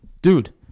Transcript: Dude